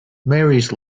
marys